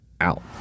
out